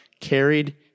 carried